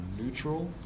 neutral